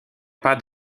pas